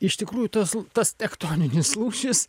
iš tikrųjų tas tas tektoninis lūšis